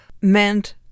meant